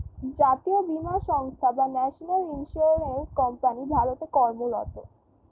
জাতীয় বীমা সংস্থা বা ন্যাশনাল ইন্স্যুরেন্স কোম্পানি ভারতে কর্মরত